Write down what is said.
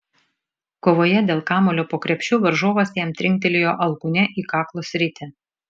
kovoje dėl kamuolio po krepšiu varžovas jam trinktelėjo alkūne į kaklo sritį